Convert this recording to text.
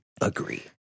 Agree